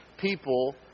people